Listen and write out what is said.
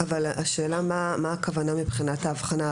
אבל השאלה מה הכוונה מבחינת ההבחנה.